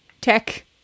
tech